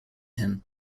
him